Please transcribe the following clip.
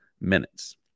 minutes